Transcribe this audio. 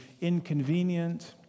inconvenient